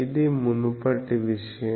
ఇది మునుపటి విషయం